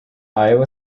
iowa